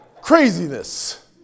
Craziness